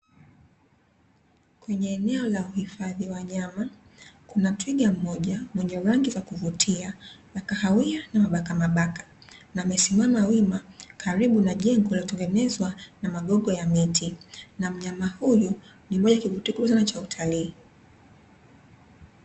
Kwenye eneo la kuhifadhi wanyama, kuna twiga mmoja mwenye rangi za kuvutia, za kahawia na mabakamabaka. Amesimama wima karibu na jengo lililotengenezwa na magogo ya miti; na mnyama huyu ni moja ya kivutio kikubwa cha utalii.